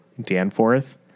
Danforth